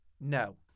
No